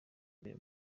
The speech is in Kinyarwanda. mbere